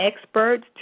experts